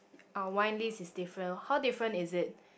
our wine list is different how different is it